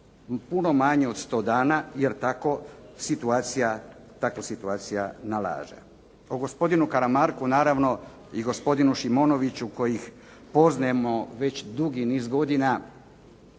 puno manje od 100 dana, jer tako situacija nalaže. O gospodinu Karamarku naravno i gospodinu Šimonoviću koje ih poznajemo već dugi niz godina